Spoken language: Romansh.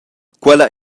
quella